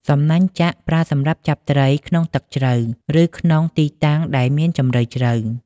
សំណាញ់ចាក់ ប្រើសម្រាប់ចាប់ត្រីក្នុងទឹកជ្រៅ ឬក្នុងទីតាំងដែលមានជម្រៅជ្រៅ។